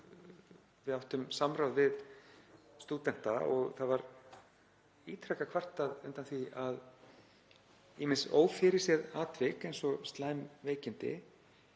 við áttum samráð við stúdenta. Það var ítrekað kvartað undan því að ýmis ófyrirséð atvik eins og slæm veikindi